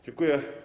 Dziękuję.